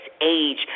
age